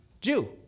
Jew